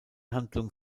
handlung